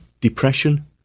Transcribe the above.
depression